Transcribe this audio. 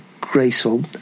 graceful